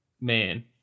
man